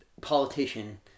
politician